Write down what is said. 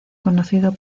conocido